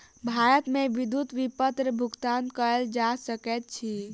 भारत मे विद्युत विपत्र भुगतान कयल जा सकैत अछि